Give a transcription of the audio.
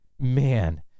man